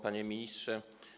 Panie Ministrze!